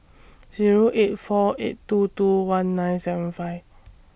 Zero eight four eight two two one nine seven five